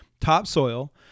Topsoil